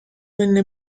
venne